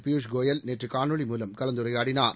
பியூஸ் கோயல் நேற்று காணொலி மூலம் கலந்துரையாடினார்